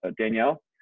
danielle